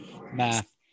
math